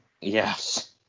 Yes